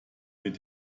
mit